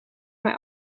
mij